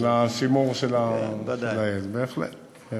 של השימור שלהם, בהחלט.